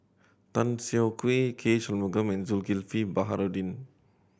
Tan Siah Kwee K Shanmugam and Zulkifli Baharudin